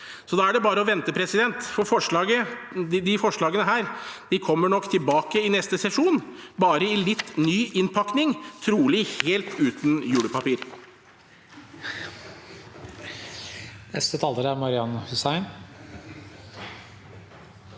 Da er det bare å vente, for disse forslagene kommer nok tilbake i neste sesjon, bare i litt ny innpakning, trolig helt uten julepapir.